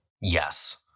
Yes